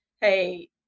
hey